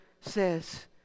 says